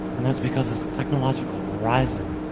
and that's because this technological horizon,